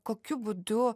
kokiu būdu